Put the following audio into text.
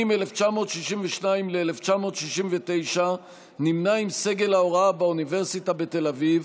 1962 ו-1969 נמנה עם סגל ההוראה באוניברסיטה בתל אביב,